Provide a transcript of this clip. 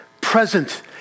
present